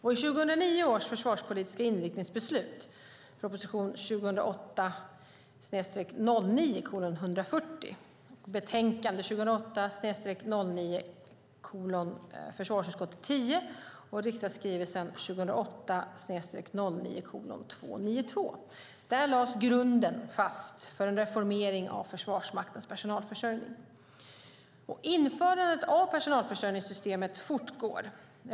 I 2009 års försvarspolitiska inriktningsbeslut lades grunden fast för en reformering av Försvarsmaktens personalförsörjning. Införandet av det nya personalförsörjningssystemet fortgår.